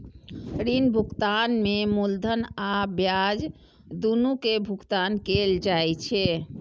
ऋण भुगतान में मूलधन आ ब्याज, दुनू के भुगतान कैल जाइ छै